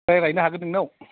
बायना लायनो हागोन नोंनाव